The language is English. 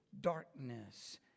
darkness